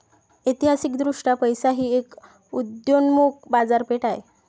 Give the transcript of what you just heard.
ऐतिहासिकदृष्ट्या पैसा ही एक उदयोन्मुख बाजारपेठ आहे